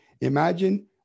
Imagine